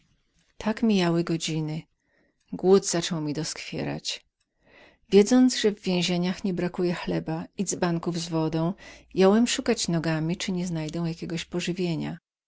tak mijały godziny głód zaczął mi doskwierać słysząc że w więzieniach nie brakowało chleba i dzbanków z wodą jąłem szukać nogami czy nie znajdę jakiego pożywienia